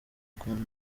ukuntu